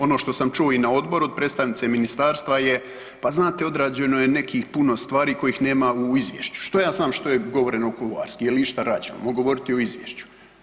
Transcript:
Ono što sam čuo i na odboru od predstavnice ministarstva je „pa znate određeno je nekih puno stvari kojih nema u izvješću“, što ja znam što je govoreno kuloarski, je li išta rađeno, mogu govoriti o izvješću.